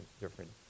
different